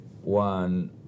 one